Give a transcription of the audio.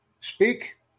Speak